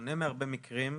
שבשונה מהרבה מקרים,